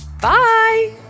Bye